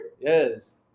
Yes